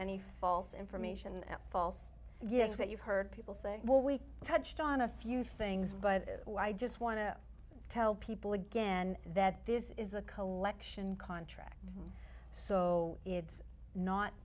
any false information false yes that you've heard people say well we touched on a few things but i just want to tell people again that this is a collection contract so it's not